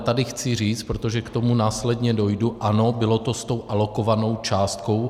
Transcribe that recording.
Tady chci ale říct, protože k tomu následně dojdu, ano, bylo to s tou alokovanou částkou.